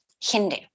Hindu